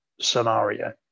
scenario